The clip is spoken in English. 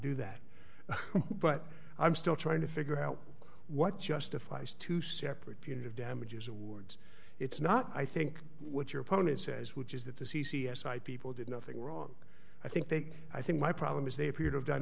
do that but i'm still trying to figure out what justifies two separate punitive damages awards it's not i think what your opponent says which is that the c c s i people did nothing wrong i think they i think my problem is they appear to have done